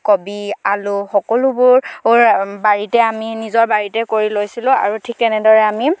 কবি আলু সকলোবোৰ বাৰীতে আমি নিজৰ বাৰীতে কৰি লৈছিলোঁ আৰু ঠিক তেনেদৰে আমি